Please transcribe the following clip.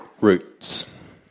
Roots